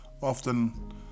often